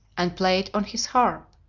and played on his harp,